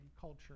culture